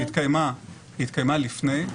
התקיימה לפני.